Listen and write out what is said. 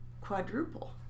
quadruple